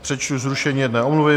Přečtu zrušení jedné omluvy.